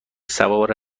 سوار